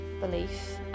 belief